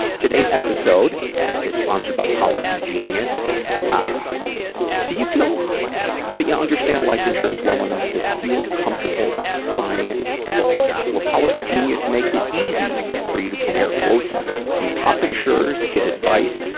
today's episode is sponsored by policygenius. ah do you feel that you understand life insurance well enough to feel comfortable buying it? probably not. well, policygenius makes it easy for you to compare quotes from top insurers, get advice,